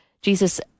Jesus